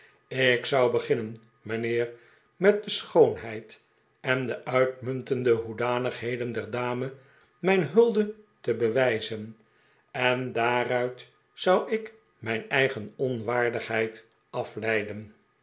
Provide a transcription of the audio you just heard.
ik zou beginnen mijnheer met de schoonheid en de uitmuntende hoedanigheden der dame mijn hulde te bewijzen en daaruit zou ik mijn eigen onwaardigheid afleiden